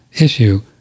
issue